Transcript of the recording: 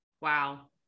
Wow